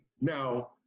Now